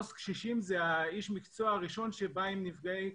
עו"ס קשישים הוא איש המקצוע הראשון שבא לנפגעי